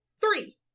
three